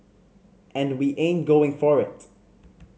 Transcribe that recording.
and we ain't going for it